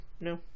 No